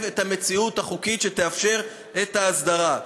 את המציאות החוקית שתאפשר את ההסדרה.